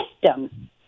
system